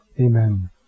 Amen